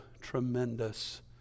tremendous